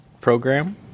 program